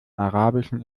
arabischen